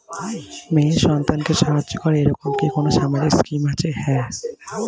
মেয়ে সন্তানকে সাহায্য করে এরকম কি কোনো সামাজিক স্কিম আছে?